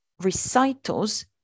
recitals